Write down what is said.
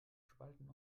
spalten